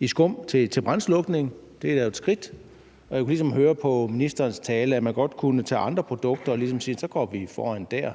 i skum til brandslukning – det er da et skridt. Og jeg kunne ligesom høre på ministerens tale, at man godt kunne tage andre produkter og sige, at så går vi foran der.